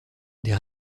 des